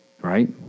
right